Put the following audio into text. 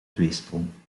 tweesprong